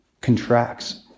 contracts